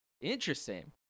Interesting